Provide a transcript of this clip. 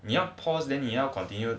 你要 pause then 你要 continue